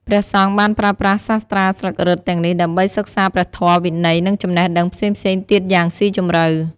ព្រះសង្ឃបានប្រើប្រាស់សាស្រ្តាស្លឹករឹតទាំងនេះដើម្បីសិក្សាព្រះធម៌ វិន័យ និងចំណេះដឹងផ្សេងៗទៀតយ៉ាងស៊ីជម្រៅ។